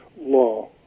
law